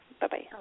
Bye-bye